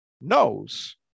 knows